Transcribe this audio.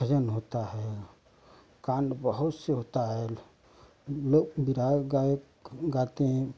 भजन होता है कांड बहुत से होता है लोग बिरहा गायक गाते हैं